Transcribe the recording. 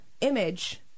image